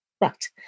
right